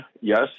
Yes